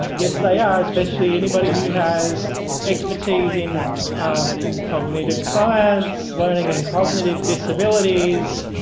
ah yes, they are, especially anybody who has expertise in ah cognitive science, learning and cognitive disabilities,